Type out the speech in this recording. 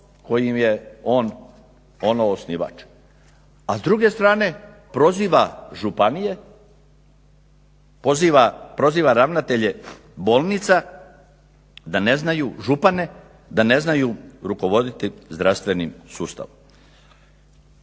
kojem je ono osnivač. A s druge strane proziva županije, proziva ravnatelje bolnica, župane, da ne znaju rukovoditi zdravstvenim sustavom.